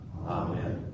Amen